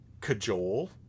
cajole